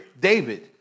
David